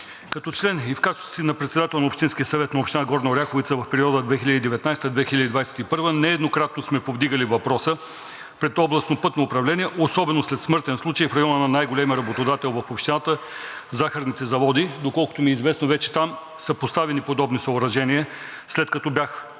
Като член и в качеството си на председател на Общинския съвет на община Горна Оряховица в периода 2019 – 2021 г. нееднократно сме повдигали въпроса пред Областното пътно управление, особено след смъртен случай в района на най-големия работодател в общината – Захарните заводи. Доколкото ми е известно, вече там са поставени подобни съоръжения, след като бях